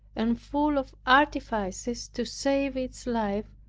and full of artifices to save its life,